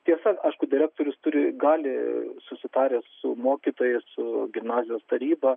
tiesa aišku direktorius turi gali susitaręs su mokytojais su gimnazijos taryba